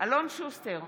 אלון שוסטר,